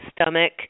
stomach